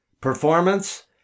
Performance